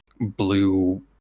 blue